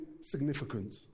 significant